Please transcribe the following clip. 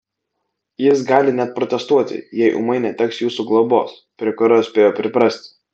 jis gali net protestuoti jei ūmai neteks jūsų globos prie kurios spėjo priprasti